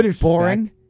boring